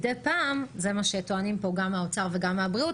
מה שטוענים פה גם האוצר וגם הבריאות